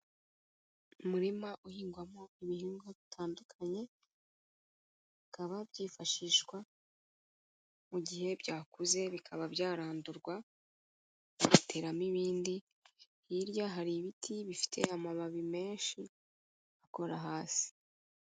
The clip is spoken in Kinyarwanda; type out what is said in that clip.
Umurima uhingwamo ibihingwa bitandukanye, bikaba byifashishwa, mu gihe byakuze bikaba byarandurwa, bagateramo ibindi, hirya hari ibiti bifite amababi menshi akora hasi.